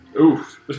Oof